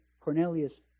Cornelius